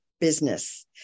business